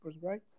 right